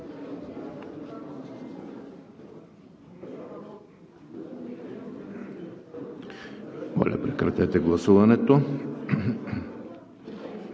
Благодаря,